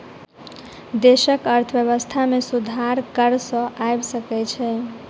देशक अर्थव्यवस्था में सुधार कर सॅ आइब सकै छै